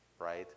Right